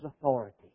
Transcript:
authority